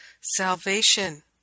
Salvation